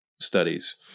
studies